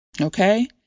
Okay